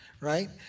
Right